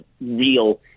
real